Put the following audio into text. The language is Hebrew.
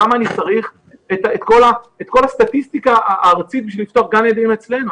למה אני צריך את כל הסטטיסטיקה הארצית בשביל לפתוח גן ילדים אצלנו?